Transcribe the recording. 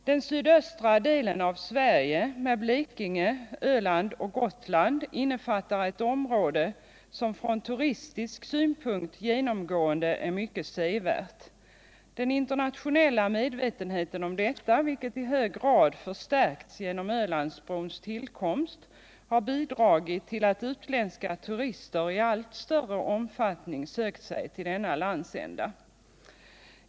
Den sydöstra delen av Sverige med Blekinge, Öland och Gotland innefattar ett område som från turistisk synpunkt genomgående är mycket sevärt. Den internationella medvetenheten om detta, vilken i hög grad förstärkts genom Ölandsbrons tillkomst, har bidragit till att utländska turister i allt större omfattning sökt sig till denna landsända.